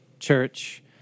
church